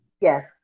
Yes